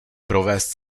provést